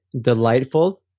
delightful